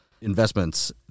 investments